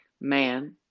man